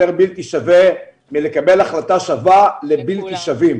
בלתי שווה מלקבל החלטה שווה לבלתי שווים.